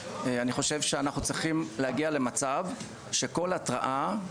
אני חושב שאנחנו צריכים להגיע למצב שכל התראה,